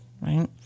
right